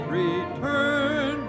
return